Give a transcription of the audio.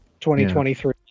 2023